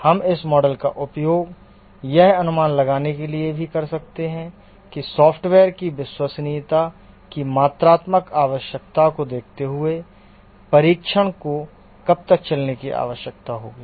हम इस मॉडल का उपयोग यह अनुमान लगाने के लिए भी कर सकते हैं कि सॉफ्टवेयर की विश्वसनीयता की मात्रात्मक आवश्यकता को देखते हुए परीक्षण को कब तक चलने की आवश्यकता होगी